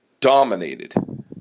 dominated